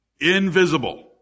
invisible